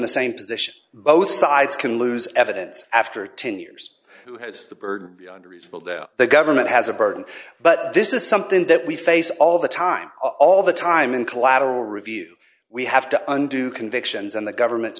the same position both sides can lose evidence after ten years who has the burden under reasonable doubt the government has a burden but this is something that we face all the time all the time in collateral review we have to undergo convictions and the government